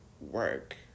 work